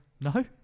No